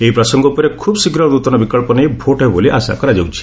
ଏହି ପ୍ରସଙ୍ଗ ଉପରେ ଖୁବ୍ ଶୀଘ୍ର ନୂତନ ବିକଳ୍ପ ନେଇ ଭୋଟ୍ ହେବ ବୋଲି ଆଶା କରାଯାଉଛି